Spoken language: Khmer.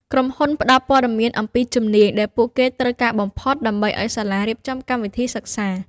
ក្រុមហ៊ុនផ្ដល់ព័ត៌មានអំពីជំនាញដែលពួកគេត្រូវការបំផុតដើម្បីឱ្យសាលារៀបចំកម្មវិធីសិក្សា។